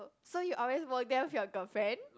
so you always walk there with your girlfriend